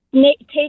take